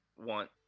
want